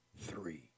three